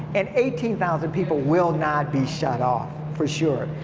and eighteen thousand people will not be shut off, for sure.